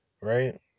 Right